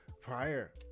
prior